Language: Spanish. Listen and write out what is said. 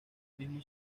mismo